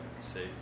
safe